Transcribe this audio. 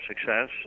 success